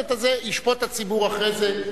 וישפוט הציבור אחרי זה.